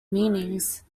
meanings